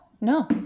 no